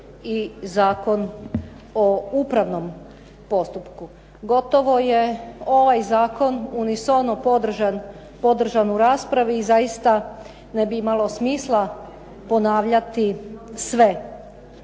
i Zakon o upravnom postupku. Gotovo je ovaj zakon unison podržan u raspravi i zaista ne bi imalo smisla ponavljati sve.